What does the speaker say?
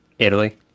Italy